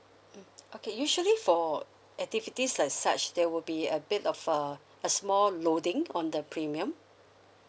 mm okay usually for activities like such there will be a bit of uh a small loading on the premium